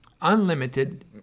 unlimited